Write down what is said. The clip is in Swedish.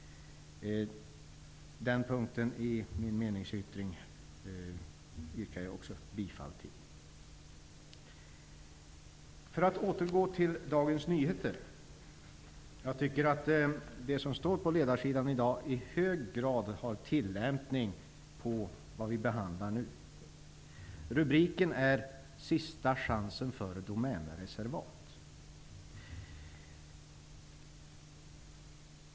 Den punkten i min meningsyttring yrkar jag också bifall till. För att återgå till Dagens Nyheter tycker jag att det som står på ledarsidan i dag i hög grad har tillämpning på det vi behandlar nu. Rubriken är Sista chansen för domänreservat.